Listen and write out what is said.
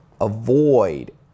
Avoid